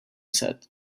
set